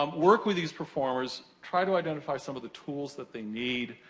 um work with these performers, try to identify some of the tools that they need,